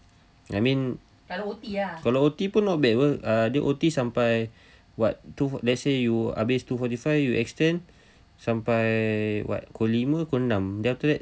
I mean kalau O_T pun not bad uh dia O_T sampai what two let's say you habis two forty five you extend what pukul lima pukul enam then after that